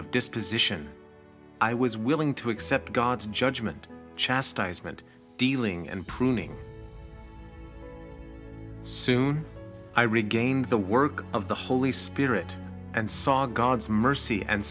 of disposition i was willing to accept god's judgment chastisement dealing and pruning soon i regained the work of the holy spirit and saw god's mercy and